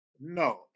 No